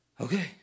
Okay